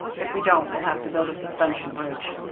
if we don't, we'll have to build a suspension bridge.